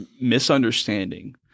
misunderstanding